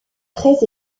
très